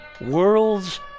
Worlds